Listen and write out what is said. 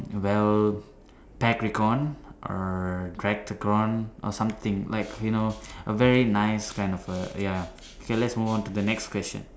well petricorn or tracticorn or something like you know a very nice kind of a ya ya okay let's move on to the next question